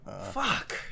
fuck